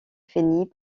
finit